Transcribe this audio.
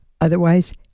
otherwise